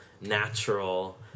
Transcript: natural